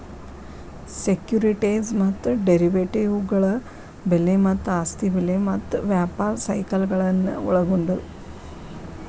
securities ಮತ್ತ ಡೆರಿವೇಟಿವ್ಗಳ ಬೆಲೆ ಮತ್ತ ಆಸ್ತಿ ಬೆಲೆ ಮತ್ತ ವ್ಯಾಪಾರ ಸೈಕಲ್ಗಳನ್ನ ಒಳ್ಗೊಂಡದ